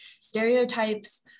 Stereotypes